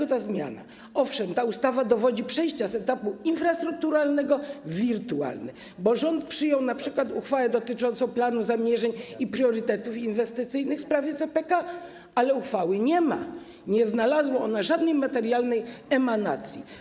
Owszem, ta ustawa dowodzi przejścia z etapu infrastrukturalnego w etap wirtualny, bo rząd przyjął np. uchwałę dotyczącą planu zamierzeń i priorytetów inwestycyjnych w sprawie CPK, ale uchwały nie ma, nie znalazła ona żadnej materialnej emanacji.